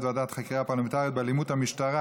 ועדת חקירה פרלמנטרית בדבר אלימות המשטרה,